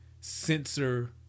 sensor